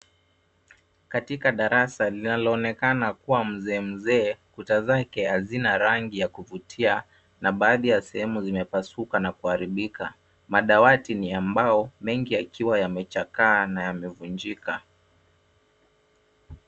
Katika darasa linaloonekana kuwa mzeemzee, kuta zake hazina rangi ya kuvutia na baadhi ya sehemu zimepasuka na kuharibika. Madawati ni ya mbao mengi yakiwa yamechakaa na yamevunjika.